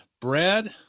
Brad